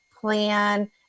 plan